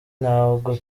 ntabwo